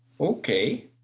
okay